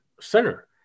center